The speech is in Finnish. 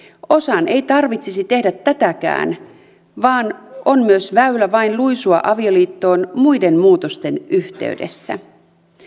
osan ei tarvitsisi tehdä tätäkään vaan on myös väylä vain luisua avioliittoon muiden muutosten yhteydessä